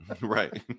Right